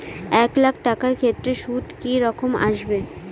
এক লাখ টাকার ক্ষেত্রে সুদ কি রকম আসবে?